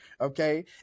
okay